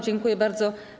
Dziękuję bardzo.